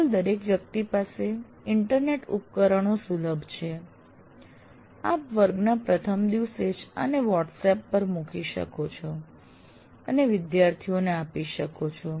આજકાલ દરેક વ્યક્તિ પાસે ઇન્ટરનેટ ઉપકરણો સુલભ છે આપ વર્ગના પ્રથમ દિવસે જ આને વોટ્સએપ પર મૂકી શકો છો અને વિદ્યાર્થીઓને આપી શકો છો